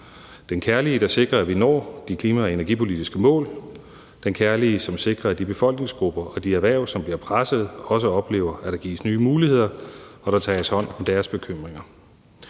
den faste, der sikrer, at vi når de klima- og energipolitiske mål, den kærlige, som sikrer, at de befolkningsgrupper og de erhverv, som bliver presset, også oplever, at der gives nye muligheder og tages hånd om deres bekymringer.